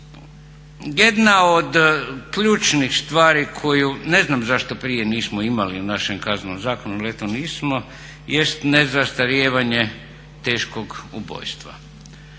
Jedna od ključnih stvari koju, ne znam zašto prije nismo imali u našem kaznenom zakonu ali eto nismo jest nezastarijevanje teškog ubojstva.